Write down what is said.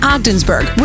Ogdensburg